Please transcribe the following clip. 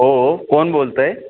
हो हो कोण बोलत आहे